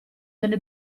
delle